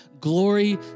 Glory